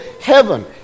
heaven